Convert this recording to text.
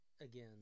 again